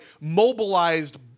mobilized